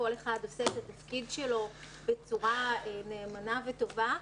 כל אחד עושה את התפקיד שלו בצורה נאמנה וטובה,